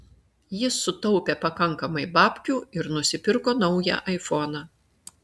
jis sutaupė pakankamai babkių ir nusipirko naują aifoną